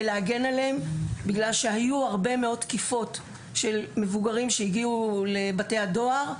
להגן עליהם בגלל שהיו הרבה מאוד תקיפות של מבוגרים שהגיעו לבתי הדואר.